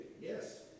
Yes